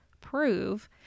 prove